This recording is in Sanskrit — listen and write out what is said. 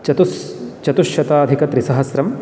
चतुश् चतुश्शताधिकत्रिसहस्रं